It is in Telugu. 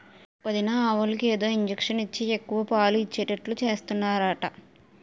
వదినా ఆవులకు ఏదో ఇంజషను ఇచ్చి ఎక్కువ పాలు ఇచ్చేటట్టు చేస్తున్నారట